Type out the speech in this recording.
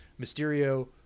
Mysterio